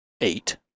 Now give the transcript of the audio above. eight